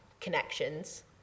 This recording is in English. connections